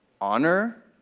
honor